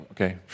okay